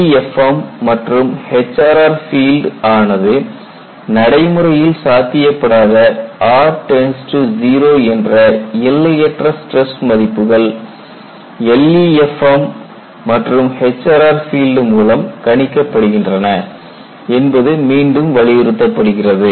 LEFM மற்றும் HRR field ஆனது நடைமுறையில் சாத்தியப்படாத r 0 என்ற எல்லையற்ற ஸ்டிரஸ் மதிப்புகள் LEFM மற்றும் HRR பீல்டு மூலம் கணிக்கப்படுகின்றன என்பது மீண்டும் வலியுறுத்தப்படுகிறது